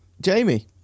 Jamie